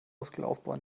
muskelaufbau